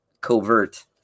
covert